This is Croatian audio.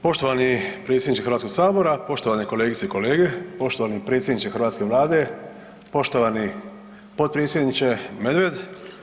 Poštovani predsjedniče HS-a, poštovane kolegice i kolege, poštovani predsjedniče hrvatske Vlade, poštovani potpredsjedniče Medved.